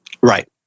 right